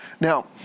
Now